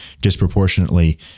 disproportionately